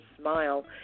smile